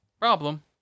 Problem